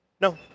No